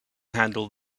handle